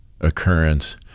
occurrence